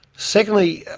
secondly,